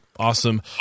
awesome